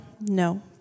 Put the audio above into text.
No